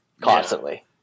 constantly